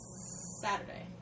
Saturday